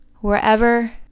Wherever